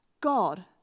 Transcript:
God